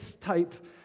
type